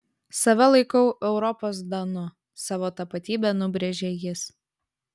save laikau europos danu savo tapatybę nubrėžė jis